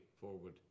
forward